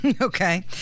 Okay